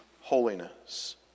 holiness